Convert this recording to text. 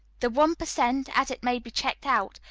the one per cent, as it may be checked out,